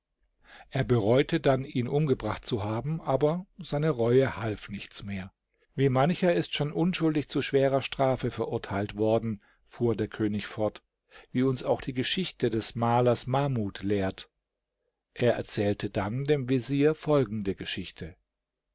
er bereute dann ihn umgebracht zu haben aber seine reue half nichts mehr wie mancher ist schon unschuldig zu schwerer strafe verurteilt worden fuhr der könig fort wie uns auch die geschichte des malers mahmud lehrt er erzählte dann dem vezier folgende geschichte